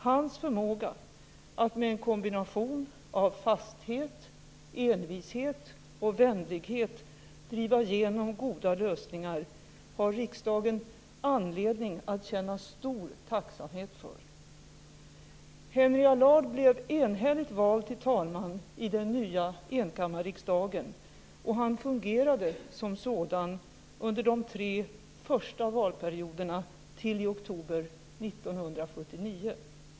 Hans förmåga att med en kombination av fasthet, envishet och vänlighet driva igenom goda lösningar har riksdagen anledning att känna stor tacksamhet för. Henry Allard blev enhälligt vald till talman i den nya enkammarriksdagen, och han fungerade som sådan under de tre första valperioderna till i oktober 1979.